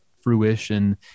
fruition